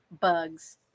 bugs